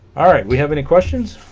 all right we have any questions